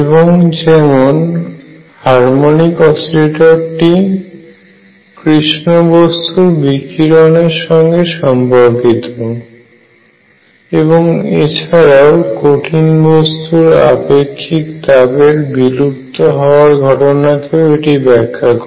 এবং যেমন হারমনিক অসিলেটরটি কৃষ্ণবস্তু বিকিরণ এর সঙ্গে সম্পর্কিত এবং এছাড়াও কঠিন বস্তুর আপেক্ষিক তাপের বিলুপ্ত হওয়ার ঘটনাকেও এটি ব্যাখ্যা করে